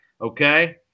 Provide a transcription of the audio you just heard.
okay